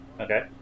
Okay